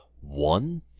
One